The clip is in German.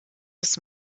des